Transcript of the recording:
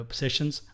sessions